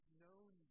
known